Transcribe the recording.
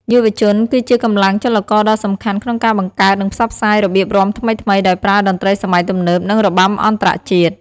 យុវជនគឺជាកម្លាំងចលករដ៏សំខាន់ក្នុងការបង្កើត និងផ្សព្វផ្សាយរបៀបរាំថ្មីៗ ដោយប្រើតន្ត្រីសម័យទំនើប និងរបាំអន្តរជាតិ។